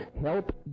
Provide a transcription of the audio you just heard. Help